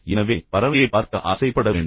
எனவே பறவையைப் பார்க்க ஆசைப்பட வேண்டாம்